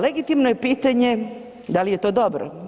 Legitimno je pitanje dal je to dobro?